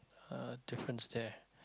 uh difference there